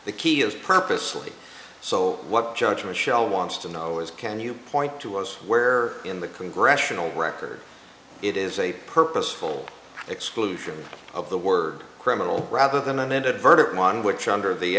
the key is purposely so what judgement shall wants to know is can you point to was where in the congressional record it is a purposeful exclusion of the word criminal rather than amended verdict on which under the